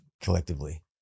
collectively